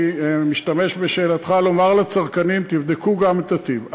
אני משתמש בשאלתך לומר לצרכנים: תבדקו גם את הטיב,